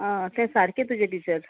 आ तें सारकें तुजें टिचर